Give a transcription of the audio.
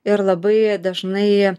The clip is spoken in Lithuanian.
ir labai dažnai